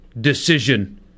decision